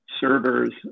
servers